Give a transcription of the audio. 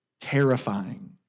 terrifying